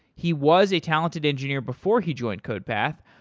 he was a talented engineer before he joined codepath,